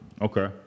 Okay